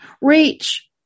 Reach